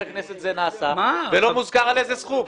כנסת זה נעשה ולא מוזכר על איזה סכום?